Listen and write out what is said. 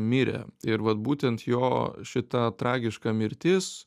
mirė ir vat būtent jo šita tragiška mirtis